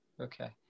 Okay